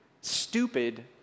stupid